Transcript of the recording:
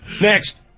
Next